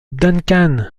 duncan